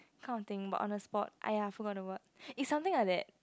kind of thing but on the spot !aiya! forgot the word